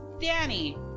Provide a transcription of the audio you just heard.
Danny